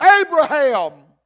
Abraham